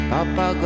Papa